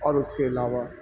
اور اس کے علاوہ